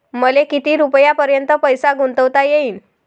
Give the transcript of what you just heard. मले किती रुपयापर्यंत पैसा गुंतवता येईन?